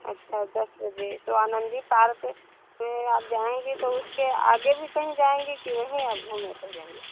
अच्छा दस बजे तो आनंदी पार्क में आप जाएंगी तो उसके आगे भी कहीं जाएंगी कि वहीं आप घूमने कहीं जाएंगी